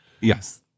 Yes